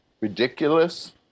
ridiculous